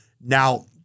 Now